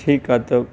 ठीकु आहे त